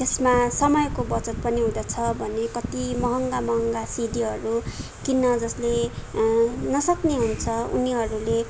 त्यसमा समयको बचत पनि हुँदछ भने कति महँगा महँगा सिडीहरू किन्न जसले नसक्ने हुन्छ उनीहरूले